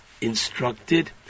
instructed